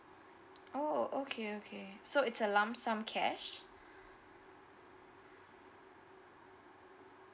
oh okay okay so it's a lump sum cash